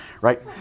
right